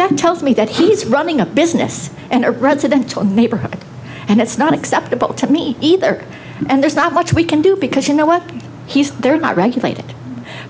that tells me that he's running a business and a residential neighborhood and that's not acceptable to me either and there's not much we can do because you know what he's they're not regulated